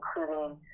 including